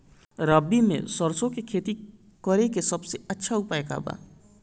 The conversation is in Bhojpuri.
रबी में सरसो के खेती करे के सबसे अच्छा उपाय का बा?